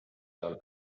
seal